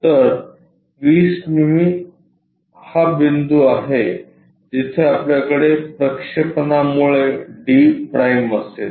तर 20 मिमी हा बिंदू आहे जिथे आपल्याकडे प्रक्षेपणामुळे d' असेल